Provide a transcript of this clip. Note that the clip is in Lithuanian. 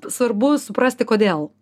svarbu suprasti kodėl